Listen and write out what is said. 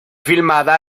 filmada